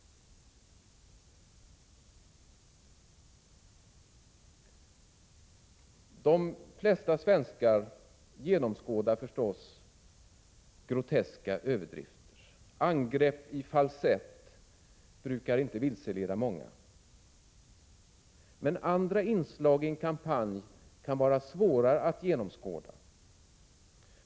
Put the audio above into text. De flesta svenskar genomskådar förstås överdrifter. Angrepp i falsett brukar inte vilseleda många. Men andra inslag i en kampanj kan vara svårare att genomskåda.